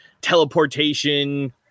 teleportation